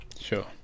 Sure